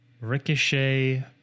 Ricochet